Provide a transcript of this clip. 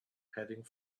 heading